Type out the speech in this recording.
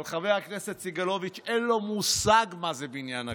אבל לחבר הכנסת סגלוביץ' אין מושג מה זה בניין הכוח,